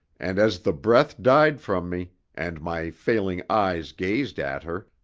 and as the breath died from me, and my failing eyes gazed at her,